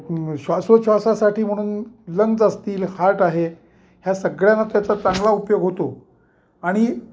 श्वासोच्छ्वासासाठी म्हणून लंग्स असतील हार्ट आहे ह्या सगळ्यांना त्याचा चांगला उपयोग होतो आणि